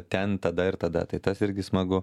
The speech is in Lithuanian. ten tada ir tada tai tas irgi smagu